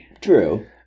True